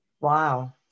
Wow